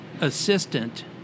assistant